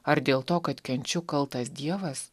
ar dėl to kad kenčiu kaltas dievas